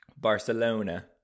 Barcelona